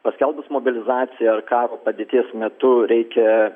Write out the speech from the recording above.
paskelbus mobilizaciją karo padėties metu reikia